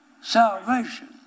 salvation